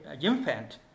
infant